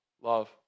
love